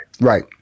Right